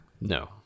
no